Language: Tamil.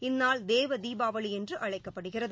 இந்நாள் தேவதீபாவளிஎன்றுஅழைக்கப்படுகிறது